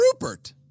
Rupert